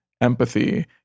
empathy